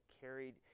carried